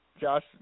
Josh